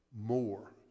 more